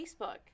facebook